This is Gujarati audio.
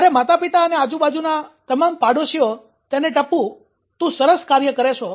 ત્યારે માતાપિતા અને આજુબાજુના તમામ પાડોશીઓ તેને ટપુ તુ સરસ કાર્ય કરે છો